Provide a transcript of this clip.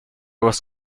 was